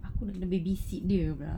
aku nak babysit dia pula